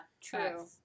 true